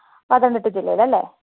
പത്തനംതിട്ട ജില്ലയില് അല്ലേ